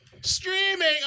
streaming